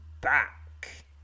back